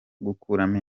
gukuramo